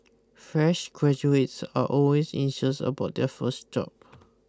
fresh graduates are always anxious about their first job